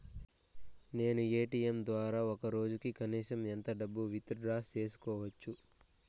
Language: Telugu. నేను ఎ.టి.ఎం ద్వారా ఒక రోజుకి కనీసం ఎంత డబ్బును విత్ డ్రా సేసుకోవచ్చు?